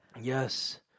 Yes